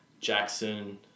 Jackson